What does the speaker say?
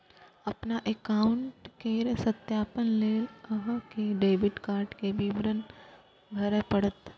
अपन एकाउंट केर सत्यापन लेल अहां कें डेबिट कार्ड के विवरण भरय पड़त